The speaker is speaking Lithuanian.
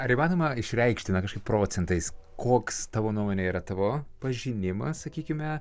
ar įmanoma išreikšti na kažkaip procentais koks tavo nuomone yra tavo pažinimas sakykime